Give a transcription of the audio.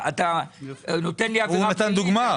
יש לי רק 200,000 שקל.